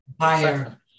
higher